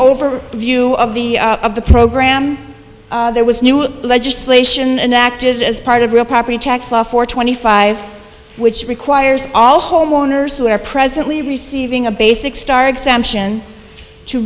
over view of the of the program there was new legislation enacted as part of real property tax law for twenty five which requires all homeowners who are presently receiving a basic star exemption to